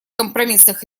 компромиссных